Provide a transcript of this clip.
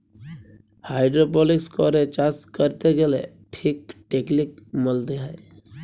hydroponics করে চাষ ক্যরতে গ্যালে ঠিক টেকলিক মলতে হ্যয়